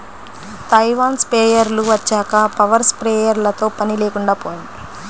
Taiwan స్ప్రేయర్లు వచ్చాక power స్ప్రేయర్లతో పని లేకుండా పోయింది